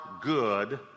good